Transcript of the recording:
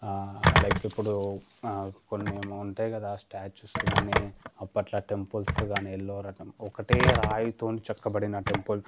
like ఇప్పుడు కొన్నేమో ఉంటాయి కదా స్టాట్యూస్లు కానీ అప్పట్లో టెంపుల్స్ కానీ యెల్లోరా రకం ఒకటే రాయితోని చెక్కబడిన టెంపుల్